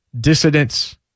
dissidents